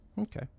Okay